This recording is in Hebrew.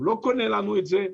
הוא לא קונה לנו את זה,